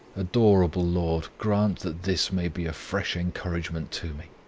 adorable lord, grant that this may be a fresh encouragement to me!